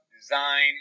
design